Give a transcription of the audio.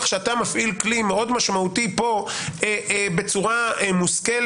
שאתה מפעיל כלי מאוד משמעותי פה בצורה מושכלת,